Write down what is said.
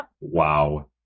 Wow